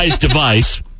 device